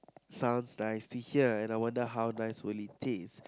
sounds nice to hear and I wonder how nice will it taste